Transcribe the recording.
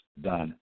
done